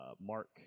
Mark